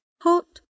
hot